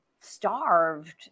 starved